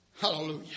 Hallelujah